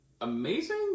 amazing